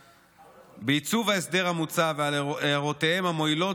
בעיצוב ההסדר המוצע ועל הערותיהם המועילות,